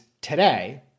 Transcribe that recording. today